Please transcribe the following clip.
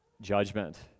judgment